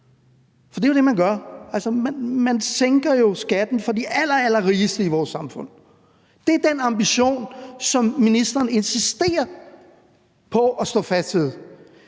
for det er jo det, man gør. Man sænker jo skatten for de allerallerrigeste i vores samfund. Det er den ambition, som ministeren insisterer på at stå fast